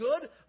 good